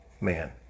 man